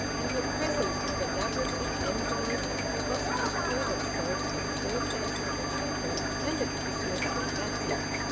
and her presents of elaborately enveloped and costly toilet soap on the birthdays of the children, and at christmas, were massive.